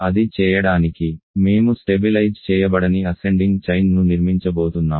అది చేయడానికి మేము స్టెబిలైజ్ చేయబడని అసెండింగ్ చైన్ ను నిర్మించబోతున్నాము